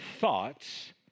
Thoughts